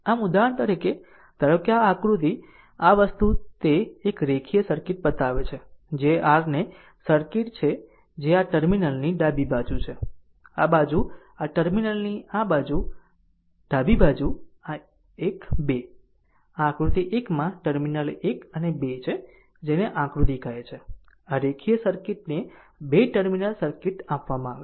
આમ ઉદાહરણ તરીકે ધારો કે આ આકૃતિ આ વસ્તુ તે એક રેખીય સર્કિટ બતાવે છે જે r ને સર્કિટ છે જે આ ટર્મિનલની ડાબી બાજુ છે આ બાજુ આ ટર્મિનલની આ બાજુ ડાબી બાજુ આ 1 2 આ આકૃતિ 1 માં ટર્મિનલ 1 અને 2 છે જેને એક આકૃતિ તરીકે ઓળખાય છે આ રેખીય સર્કિટને બે ટર્મિનલ સર્કિટ આપવામાં આવે છે